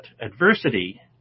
adversity